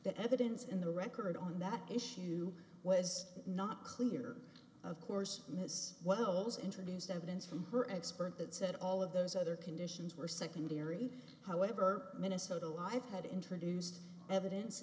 that evidence in the record on that issue was not clear of course miss wells introduced evidence from her expert that said all of those other conditions were secondary however minnesota live had introduced evidence